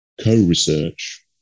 co-research